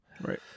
Right